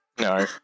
No